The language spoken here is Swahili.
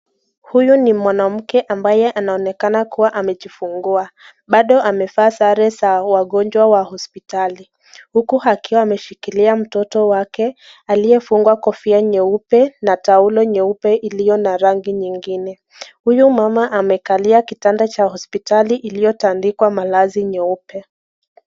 Huyu ni mwanamke ambaye anaonekana kuwa amejifungua Bado anaonekana amevaa sare za wagonjwa hospitali, huku akiwa ameshikilia mtoto wake aliyefungwa nguo yake nyeupe na taulo nyeupe iliyo na rangi nyingine, huyu mama amekalia kitanda cha hospitali iliyotandikwa malizi nyeupe.